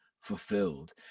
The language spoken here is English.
fulfilled